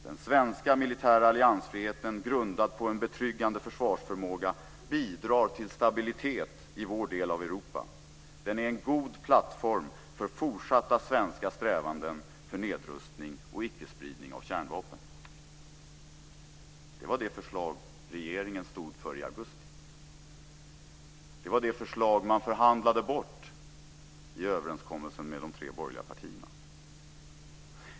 Den svenska militära alliansfriheten, grundad på en betryggande försvarsförmåga, bidrar till stabilitet i vår del av Europa. Den är en god plattform för fortsatta svenska strävanden för nedrustning och icke-spridning av kärnvapen. Så löd det förslag som regeringen stod för i augusti. Det var det förslag som man förhandlade bort i överenskommelsen med de tre borgerliga partierna.